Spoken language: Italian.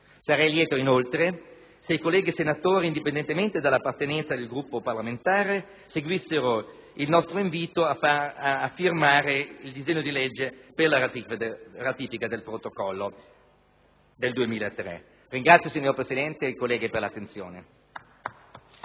Sarei lieto, inoltre, se i colleghi senatori indipendentemente dalla loro appartenenza ad un Gruppo parlamentare seguissero il nostro invito a firmare il disegno di legge per la ratifica del Protocollo del 2003. Ringrazio i colleghi per l'attenzione.